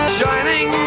shining